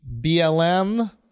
BLM